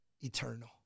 eternal